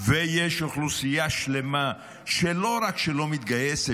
ויש אוכלוסייה שלמה שלא רק שלא מתגייסת,